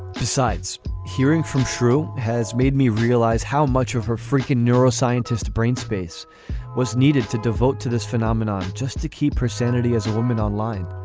besides hearing from through has made me realize how much of her freakin neuroscientist brain space was needed to devote to this phenomenon just to keep her sanity as a woman online.